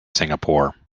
singapore